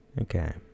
Okay